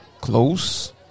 Close